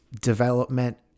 development